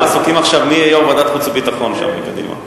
כולם עסוקים עכשיו מי יהיה יושב-ראש ועדת חוץ וביטחון שם בקדימה.